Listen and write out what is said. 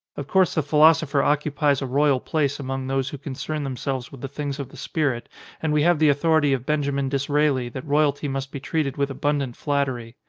of course the philosopher occupies a royal place among those who concern themselves with the things of the spirit and we have the authority of benjamin disraeli that royalty must be treated with abundant flattery.